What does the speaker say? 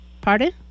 Pardon